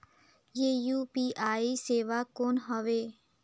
ये यू.पी.आई सेवा कौन हवे?